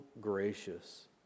gracious